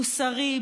מוסרי,